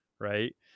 right